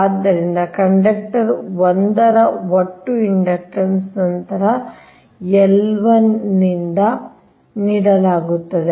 ಆದ್ದರಿಂದ ಕಂಡಕ್ಟರ್ 1 ರ ಒಟ್ಟು ಇಂಡಕ್ಟನ್ಸ್ ನಂತರ L 1 ನಿಂದ ನೀಡಲಾಗುತ್ತದೆ